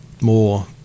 more